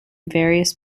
various